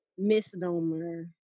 misnomer